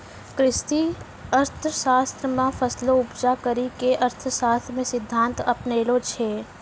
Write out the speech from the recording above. कृषि अर्थशास्त्र मे फसलो उपजा करी के अर्थशास्त्र रो सिद्धान्त अपनैलो छै